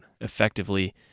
effectively